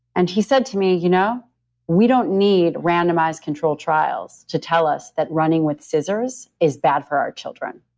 and he said to me, you know we don't need randomized control trials to tell us that running with scissors is bad for our children.